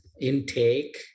intake